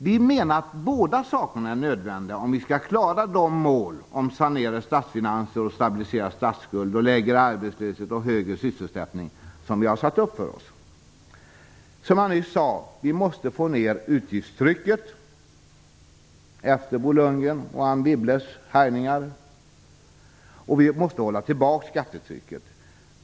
Vi menar att båda sakerna är nödvändiga om vi skall klara de mål om sanerade statsfinanser, stabiliserad statsskuld, lägre arbetslöshet och högre sysselsättning som vi har satt upp för oss. Som jag nyss sade måste vi få ner utgiftstrycket efter Bo Lundgrens och Anne Wibbles härjningar, och vi måste hålla tillbaka skattetrycket.